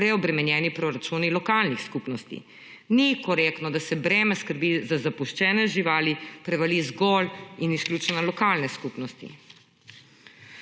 preobremenjeni proračuni lokalnih skupnosti. Ni korektno, da se breme skrbi za zapuščene živali prevali zgolj in izključno na lokalne skupnosti.